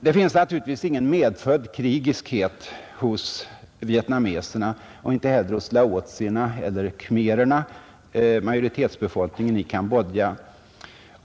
Det finns naturligtvis ingen medfödd krigiskhet hos vietnameserna och inte heller hos laotierna eller khmererna, majoritetsbefolkningen i Cambodja.